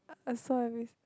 I I'm sorry if it's